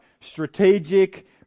strategic